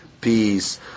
peace